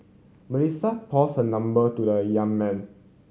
Melissa passed her number to the young man